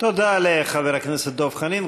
תודה לחבר הכנסת דב חנין.